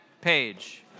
page